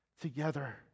together